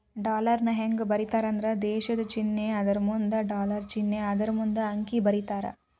ಡಾಲರ್ನ ಹೆಂಗ ಬರೇತಾರಂದ್ರ ದೇಶದ್ ಚಿನ್ನೆ ಅದರಮುಂದ ಡಾಲರ್ ಚಿನ್ನೆ ಅದರಮುಂದ ಅಂಕಿ ಬರೇತಾರ